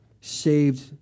saved